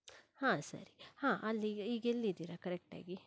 ಹಾ ಸರಿ ಹಾ ಅಲ್ಲಿಗೆ ಈಗ ಎಲ್ಲಿದ್ದೀರಾ ಕರೆಕ್ಟಾಗಿ